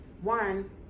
one